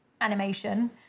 animation